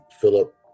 Philip